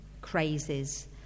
crazes